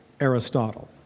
Aristotle